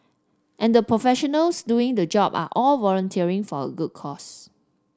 and the professionals doing the job are all volunteering for a good cause